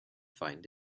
find